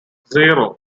zero